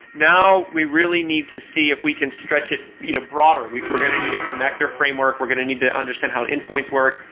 now we really need to see if we can stretch it you know broader. we're going to need a connector framework. we're going to need to understand how endpoints work.